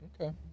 Okay